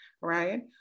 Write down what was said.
right